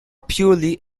purely